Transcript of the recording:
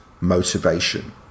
motivation